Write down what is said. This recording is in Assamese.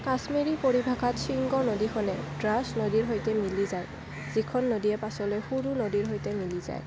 কাশ্মীৰী পৰিভাষাত শ্বিংগো নদীখনে দ্ৰাছ নদীৰ সৈতে মিলি যায় যিখন নদীয়ে পাছলৈ সৰু নদীৰ সৈতে মিলি যায়